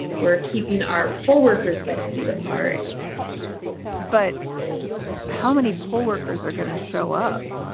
we're keeping our poll workers six feet apart but how many poll workers are going to show up?